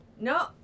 No